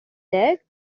slater